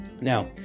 now